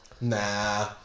Nah